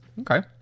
Okay